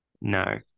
No